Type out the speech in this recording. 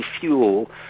fuel